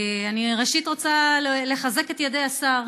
אני ראשית רוצה לחזק את ידי השר